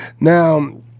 Now